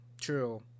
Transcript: True